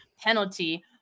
penalty